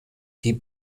die